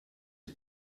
die